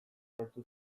sortu